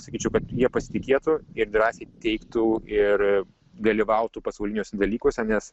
sakyčiau kad jie pasitikėtų ir drąsiai teiktų ir dalyvautų pasauliniuose dalykuose nes